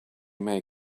may